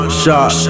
shot